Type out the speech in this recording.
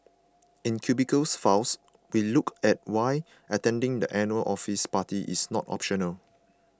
in Cubicles Files we look at why attending the annual office party is not optional